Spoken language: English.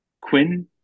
Quinn